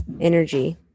energy